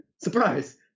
Surprise